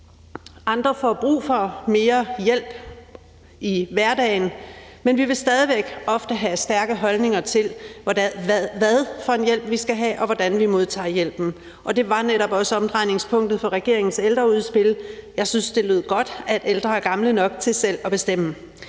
Andre får brug for mere hjælp i hverdagen, men vi vil stadig væk ofte have stærke holdninger til, hvad for en hjælp vi skal have, og hvordan vi modtager hjælpen, og det var netop også omdrejningspunktet for regeringens ældreudspil. Jeg synes, det lød godt, at ældre er gamle nok til selv at bestemme.